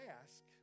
ask